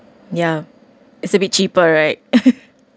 ya it's a bit cheaper right